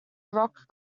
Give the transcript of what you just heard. rock